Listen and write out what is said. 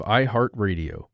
iHeartRadio